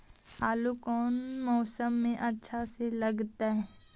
आलू कौन मौसम में अच्छा से लगतैई?